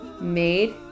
made